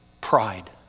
pride